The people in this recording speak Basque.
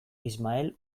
ismael